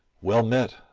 well met,